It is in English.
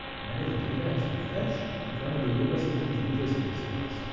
whenever the data has been fetched, the kernel delivers it into userspace to us,